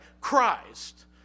Christ